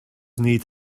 need